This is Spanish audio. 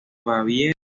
baviera